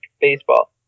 baseball